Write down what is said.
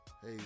Hey